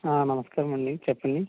నమస్కారమండి చెప్పండి